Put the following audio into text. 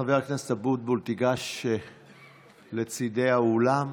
בבקשה, חבר הכנסת אבוטבול, תיגש לצידי האולם.